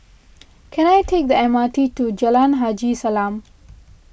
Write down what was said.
can I take the M R T to Jalan Haji Salam